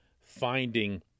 finding